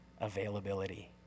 availability